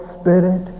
Spirit